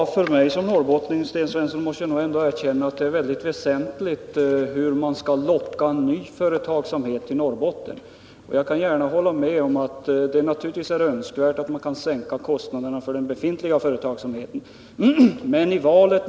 Herr talman! Som norrbottning tycker jag att detta är väsentligt hur man skall locka ny företagsamhet till Norrbotten. Det är naturligtvis önskvärt att kostnaderna för den befintliga företagsamheten kan sänkas.